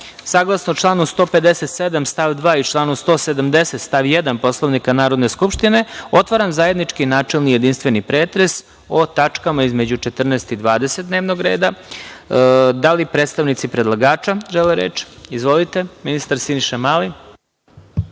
članu 157. stav 2. i članu 170. stav 1. Poslovnika Narodne skupštine otvaram zajednički načelni jedinstveni pretres o tačkama između 14. i 20. dnevnog reda. Da li predstavnici predlagača žele reč? Izvolite, ministar Siniša Mali.